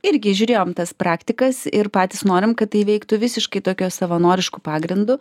irgi žiūrėjom tas praktikas ir patys norim kad tai veiktų visiškai tokiu savanorišku pagrindu